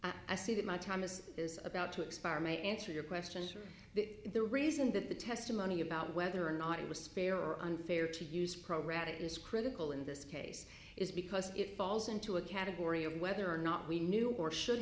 scared i see that my thomas is about to expire may answer your questions for the reason that the testimony about whether or not it was fair or unfair to use program it is critical in this case is because it falls into a category of whether or not we knew or should